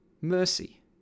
mercy